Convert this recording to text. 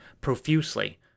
profusely